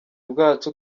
bwacu